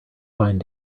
fine